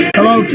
Hello